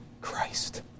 Christ